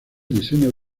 diseño